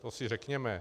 To si řekněme.